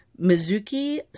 Mizuki